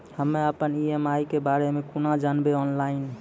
हम्मे अपन ई.एम.आई के बारे मे कूना जानबै, ऑनलाइन?